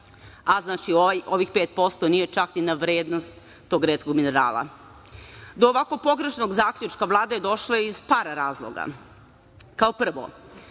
a znači ovih 5% nije čak ni na vrednost tog retkog minerala. Do ovako pogrešnog zaključka Vlada je došla iz par razloga. Kao prvo,